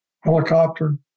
Helicopter